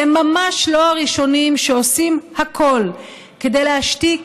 הם ממש לא הראשונים שעושים הכול כדי להשתיק